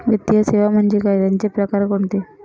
वित्तीय सेवा म्हणजे काय? त्यांचे प्रकार कोणते?